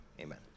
Amen